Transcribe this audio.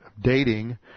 dating